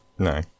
No